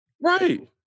Right